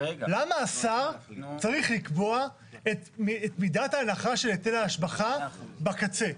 למה השר צריך לקבוע את מידת ההנחה של היטל ההשבחה בקצה?